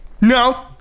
No